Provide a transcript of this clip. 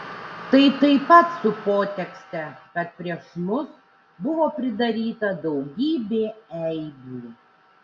tai taip pat su potekste kad prieš mus buvo pridaryta daugybė eibių